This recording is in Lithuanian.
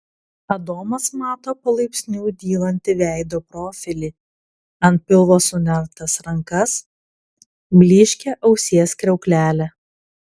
adomas mato palaipsniui dylantį veido profilį ant pilvo sunertas rankas blyškią ausies kriauklelę